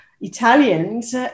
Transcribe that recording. Italians